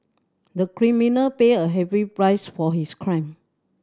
the criminal paid a heavy price for his crime